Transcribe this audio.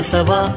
Sava